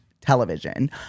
television